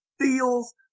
feels